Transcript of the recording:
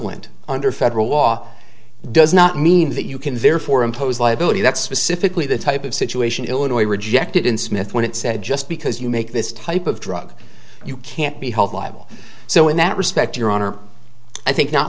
bioequivalent under federal law does not mean that you can verify or impose liability that specifically the type of situation in illinois rejected in smith when it said just because you make this type of drug you can't be held liable so in that respect your honor i think not